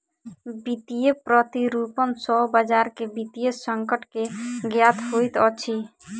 वित्तीय प्रतिरूपण सॅ बजार के वित्तीय संकट के ज्ञात होइत अछि